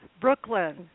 Brooklyn